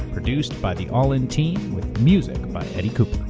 produced by the all in team, with music by eddie cooper.